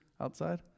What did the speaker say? outside